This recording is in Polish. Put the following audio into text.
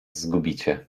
zgubicie